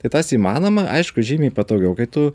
tai tas įmanoma aišku žymiai patogiau kai tu